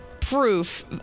proof